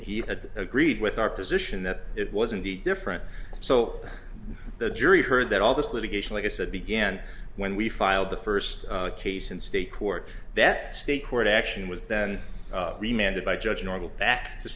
he had agreed with our position that it wasn't the different so the jury heard that all this litigation like i said began when we filed the first case in state court that state court action was then remained by judge normal back to